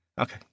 Okay